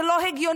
זה לא הגיוני.